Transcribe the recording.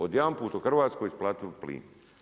Odjedanput u Hrvatskoj isplativ plin.